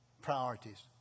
priorities